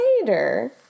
later